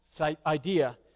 idea